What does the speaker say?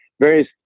various